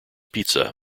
pizza